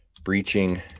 Breaching